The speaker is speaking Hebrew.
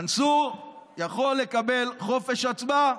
מנסור יכול לקבל חופש הצבעה.